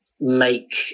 Make